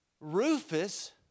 Rufus